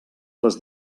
les